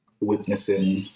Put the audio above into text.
witnessing